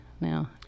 now